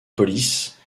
police